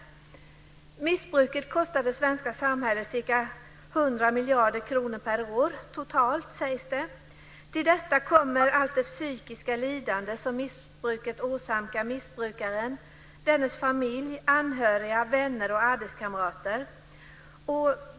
Det sägs att missbruket kostar det svenska samhället totalt ca 100 miljarder kronor per år. Till detta kommer allt det psykiska lidande som missbruket åsamkar missbrukaren, dennes familj, anhöriga, vänner och arbetskamrater.